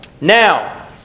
Now